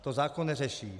To zákon neřeší.